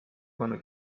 panna